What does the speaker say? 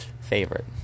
favorite